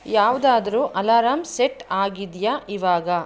ಯಾವುದಾದರು alarm set ಆಗಿದೆಯಾ ಇವಾಗ